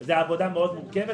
זה עבודה מורכבת מאוד.